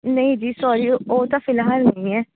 ਨਹੀਂ ਜੀ ਸੋਰੀ ਓ ਉਹ ਤਾਂ ਫਿਲਹਾਲ ਨਹੀਂ ਹੈ